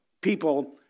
people